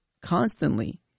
constantly